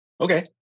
okay